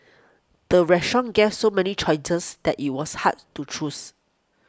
the restaurant guess so many choices that it was hard to choose